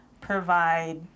provide